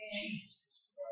Jesus